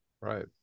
Right